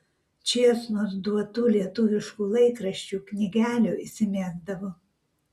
čėsnos duotų lietuviškų laikraščių knygelių įsimesdavo